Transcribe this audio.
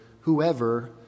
whoever